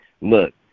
look